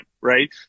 right